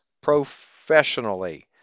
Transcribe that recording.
professionally